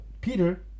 Peter